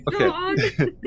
Okay